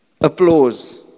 applause